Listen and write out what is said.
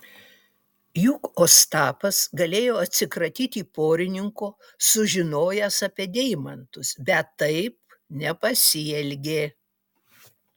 juk ostapas galėjo atsikratyti porininko sužinojęs apie deimantus bet taip nepasielgė